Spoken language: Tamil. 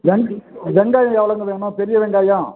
வெங் வெங்காயம் எவ்வளோங்க வேணும் பெரிய வெங்காயம்